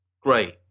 great